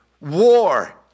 war